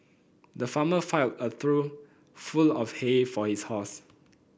the farmer filled a trough full of hay for his horse